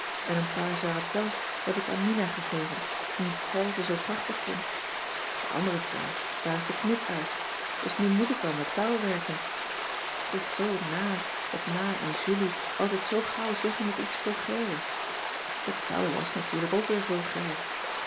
en een paar jarretelles heb ik aan mina gegeven omdat zij ze zoo prachtig vond de andere twee daar is de knip uit dus nu moet ik wel met touw werken t is zoo naar dat ma en julie altijd zoo gauw zeggen dat iets vulgair is het touw was natuurlijk ook weer vulgair